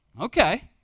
Okay